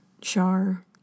Char